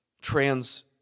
trans